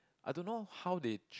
I don't know how they